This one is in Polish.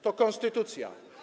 To konstytucja.